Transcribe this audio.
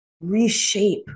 reshape